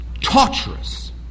torturous